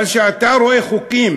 אבל כשאתה רואה חוקים